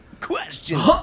questions